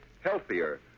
healthier